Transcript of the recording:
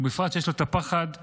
בפרט שיש לו את הפחד הכרוך,